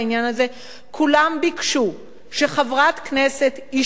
כולם ביקשו שחברת כנסת אשה מישראל,